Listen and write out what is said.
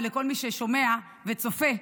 ולכל מי ששומע וצופה,